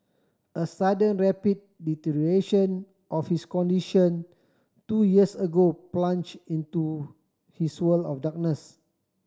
a sudden rapid deterioration of his condition two years ago plunged into his world of darkness